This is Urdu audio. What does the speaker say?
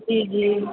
جی جی